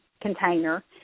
container